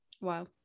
Wow